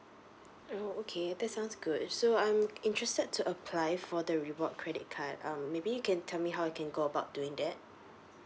oh okay that sounds good so I'm interested to apply for the reward credit card um maybe you can tell me how I can go about doing that